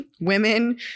women